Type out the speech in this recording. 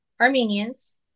Armenians